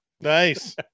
Nice